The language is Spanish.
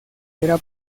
era